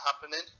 happening